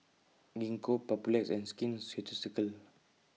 Gingko Papulex and Skin Ceuticals